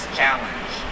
challenge